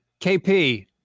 KP